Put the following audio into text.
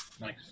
Nice